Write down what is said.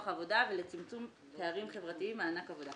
העבודה ולצמצום פערים חברתיים (מענק עבודה)